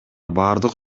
баардык